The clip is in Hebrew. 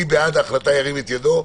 מי בעד ההחלטה ירים את ידו.